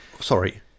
Sorry